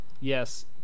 Yes